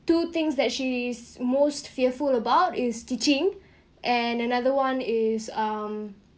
two things that she is most fearful about is teaching and another one is um